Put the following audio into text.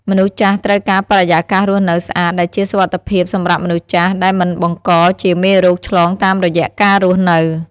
មនុស្សចាស់ត្រូវការបរិយកាសរស់នៅស្អាតដែលជាសុវត្ថិភាពសម្រាប់មនុស្សចាស់ដែលមិនបង្កជាមេរោគឆ្លងតាមរយៈការរស់នៅ។